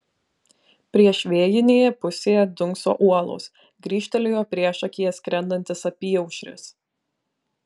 priešvėjinėje pusėje dunkso uolos grįžtelėjo priešakyje skrendantis apyaušris